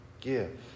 Give